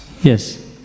Yes